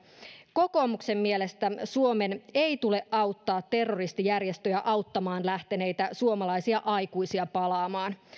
kokoomuksen mielestä suomen ei tule auttaa terroristijärjestöjä auttamaan lähteneitä suomalaisia aikuisia palaamaan